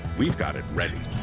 we've got it ready.